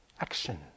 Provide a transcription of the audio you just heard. action